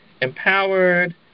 empowered